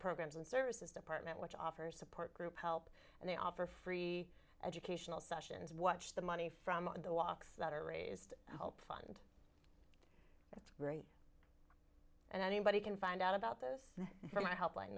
programs and services department which offers support group help and they offer free educational sessions watch the money from the walks that are raised help fund that's great and anybody can find out about this for my help li